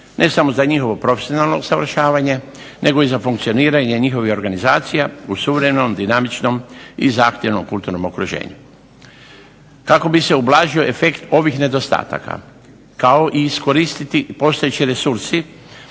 ne samo za njihovo profesionalno usavršavanje nego i za funkcioniranje njihovih organizacija u suvremenom, dinamičnom i zahtjevnom kulturnom okruženju. Kako bi se ublažio efekt ovih nedostataka kao i iskoristiti postojeći resursi,